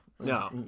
No